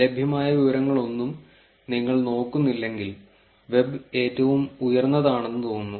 ലഭ്യമായ വിവരങ്ങളൊന്നും നിങ്ങൾ നോക്കുന്നില്ലെങ്കിൽ വെബ് ഏറ്റവും ഉയർന്നതാണെന്ന് തോന്നുന്നു